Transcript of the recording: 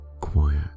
quiet